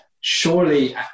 surely